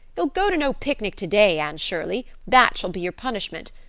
you'll go to no picnic today, anne shirley. that shall be your punishment.